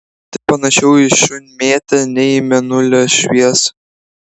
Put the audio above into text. tai panašiau į šunmėtę nei į mėnulio šviesą